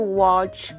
watch